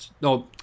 no